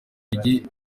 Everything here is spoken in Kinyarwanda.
mijyi